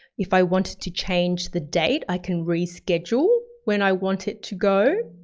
if i wanted to change the date, i can reschedule. when i want it to go,